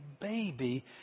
baby